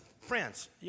friends